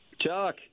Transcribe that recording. chuck